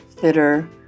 fitter